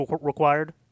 required